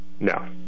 No